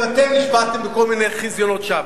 גם אתם נשביתם בכל מיני חזיונות שווא.